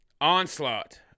onslaught